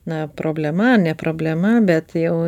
na problema ne problema bet jau